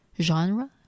genre